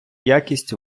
якість